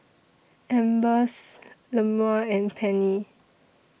Ambers Lemuel and Penni